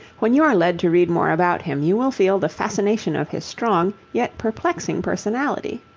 when you are led to read more about him you will feel the fascination of his strong, yet perplexing personality.